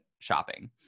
shopping